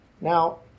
Now